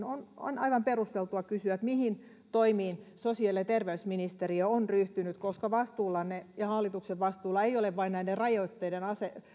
on on aivan perusteltua kysyä mihin toimiin sosiaali ja terveysministeriö on ryhtynyt koska vastuullanne ja hallituksen vastuulla ei ole vain näiden rajoitteiden